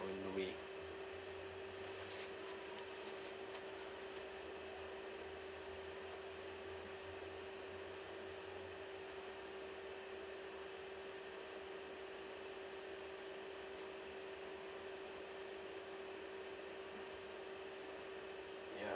won't know it ya